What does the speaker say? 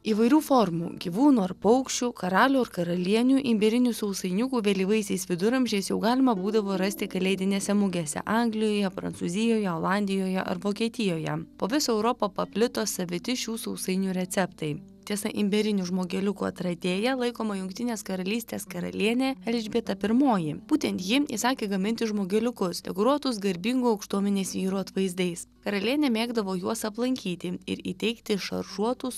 įvairių formų gyvūnų ar paukščių karalių ar karalienių imbierinių sausainiukų vėlyvaisiais viduramžiais jau galima būdavo rasti kalėdinėse mugėse anglijoje prancūzijoje olandijoje ar vokietijoje po visą europą paplito saviti šių sausainių receptai tiesa imbierinių žmogeliukų atradėja laikoma jungtinės karalystės karalienė elžbieta pirmoji būtent ji įsakė gaminti žmogeliukus dekoruotus garbingų aukštuomenės vyrų atvaizdais karalienė mėgdavo juos aplankyti ir įteikti šaržuotus